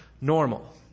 normal